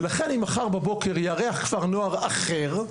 ולכן אם מחר בבוקר יארח כפר נוער אחר,